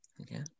Okay